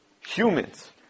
humans